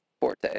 forte